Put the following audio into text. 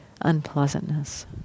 unpleasantness